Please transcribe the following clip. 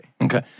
okay